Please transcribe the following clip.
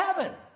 heaven